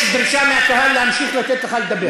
יש דרישה מהקהל לתת לך להמשיך לדבר.